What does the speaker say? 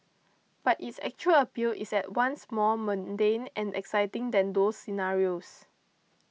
but its actual appeal is at once more mundane and exciting than those scenarios